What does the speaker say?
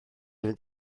fynd